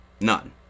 None